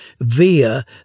via